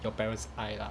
you parent's eye lah